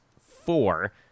four